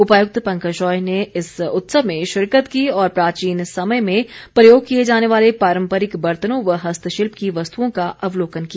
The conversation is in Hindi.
उपायुक्त पंकज राय ने इस उत्सव में शिरकत की और प्राचीन समय में प्रयोग किए जाने वाले पारम्परिक बर्तनों व हस्तशिल्प की वस्तुओं का अवलोकन किया